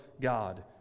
God